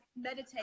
meditate